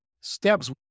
steps